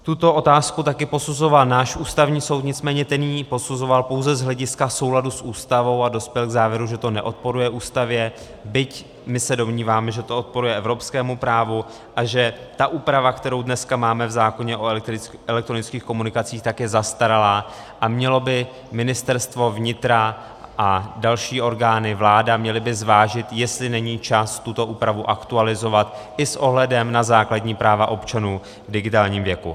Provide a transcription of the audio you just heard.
Tuto otázku taky posuzoval náš Ústavní soud, nicméně ten ji posuzoval pouze z hlediska souladu s Ústavou a dospěl k závěru, že to neodporuje Ústavě, byť my se domníváme, že to odporuje evropskému právu a že ta úprava, kterou dneska máme v zákoně o elektronických komunikacích, je zastaralá a Ministerstvo vnitra a další orgány, vláda, by měly zvážit, jestli není čas tuto úpravu aktualizovat i s ohledem na základní práva občanů v digitálním věku.